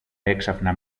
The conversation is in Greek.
έξαφνα